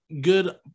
good –